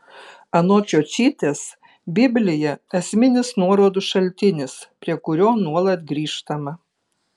anot čiočytės biblija esminis nuorodų šaltinis prie kurio nuolat grįžtama